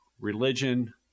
religion